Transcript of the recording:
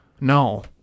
No